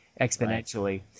exponentially